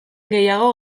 gehiago